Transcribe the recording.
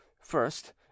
first